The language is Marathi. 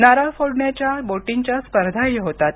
नारळ फोडण्याच्या बोटींच्या स्पर्धाही होतात